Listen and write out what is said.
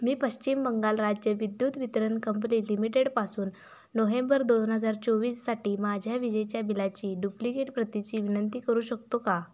मी पश्चिम बंगाल राज्य विद्युत वितरण कंपनी लिमिटेडपासून नोहेंबर दोन हजार चोवीससाठी माझ्या विजेच्या बिलाची डुप्लिकेट प्रतीची विनंती करू शकतो का